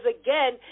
again